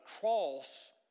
cross